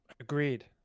Agreed